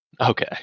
Okay